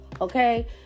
Okay